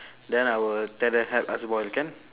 then I will tell them help us boil can